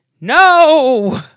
No